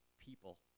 people